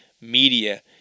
media